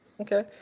okay